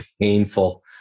painful